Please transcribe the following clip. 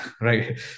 right